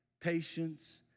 patience